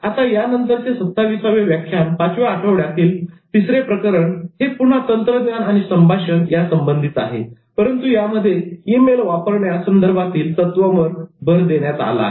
आता यानंतरचे सत्ताविसावे व्याख्यान पाचव्या आठवड्यातील तिसरे प्रकरण हे पुन्हा तंत्रज्ञान आणि संभाषण या संबंधित आहे परंतु यामध्ये ई मेल वापरण्या यासंदर्भातील तत्वांवर भर देण्यात आला आहे